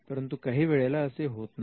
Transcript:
परंतु काही वेळेला असे होत नाही